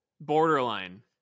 Borderline